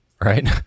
Right